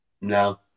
No